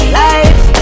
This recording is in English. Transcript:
life